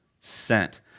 sent